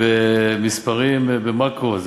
במספרים במקרו.